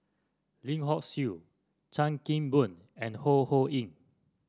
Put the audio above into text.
Lim Hock Siew Chan Kim Boon and Ho Ho Ying